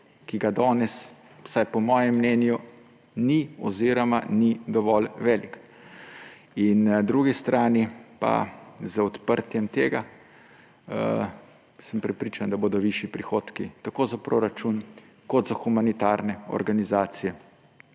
ki ga danes, vsaj po mojem mnenju, ni; oziroma ni dovolj velik. In na drugi strani pa z odprtjem tega, sem prepričan, da bodo višji prihodki za proračun, za humanitarne organizacije,